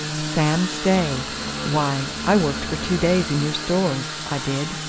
sam stay why, i worked for two days in your stores, i did.